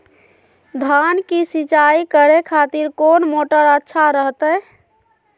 धान की सिंचाई करे खातिर कौन मोटर अच्छा रहतय?